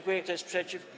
Kto jest przeciw?